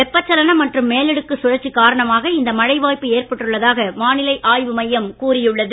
வெப்பச்சலனம் மற்றும் மேலடுக்கு சுழற்சி காரணமாக இந்த மழை வாய்ப்பு ஏற்பட்டுள்ளதாக வானிலை ஆய்வு மையம் கூறியுள்ளது